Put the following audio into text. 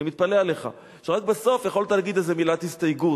אני מתפלא עליך שרק בסוף יכולת להגיד איזה מילת הסתייגות,